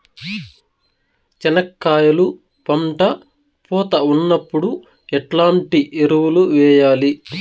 చెనక్కాయలు పంట పూత ఉన్నప్పుడు ఎట్లాంటి ఎరువులు వేయలి?